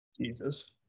Jesus